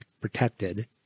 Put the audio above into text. protected